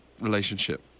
relationship